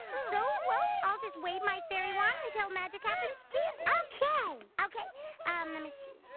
so well i'll just wave my fairy wand until magic happens to you. okay. okay and let me see.